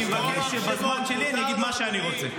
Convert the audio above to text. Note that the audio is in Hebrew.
אני מבקש שבזמן שלי אני אגיד מה שאני רוצה.